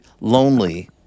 lonely